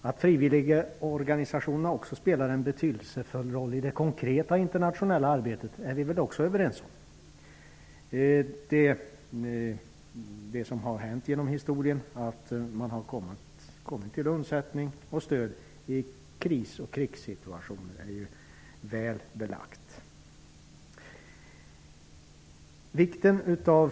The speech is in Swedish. Att frivilligorganisationerna spelar en betydelsefull roll i det konkreta internationella arbetet är vi väl också överens om. Att de länge har kommit till undsättning och stöd i kris och krigssituationer är väl belagt.